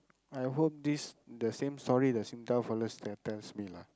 I hope this the same story the Singtel fella t~ tells me lah